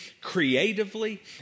creatively